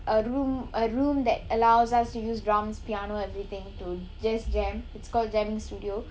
a room a room that allows us to use drums piano everything to just jam it's called jamming studio